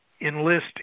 enlist